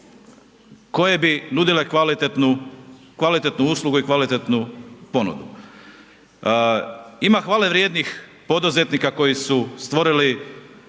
koje bi nudile kvalitetnu uslugu i kvalitetnu ponudu. Ima hvale vrijednih poduzetnika koji su stvorili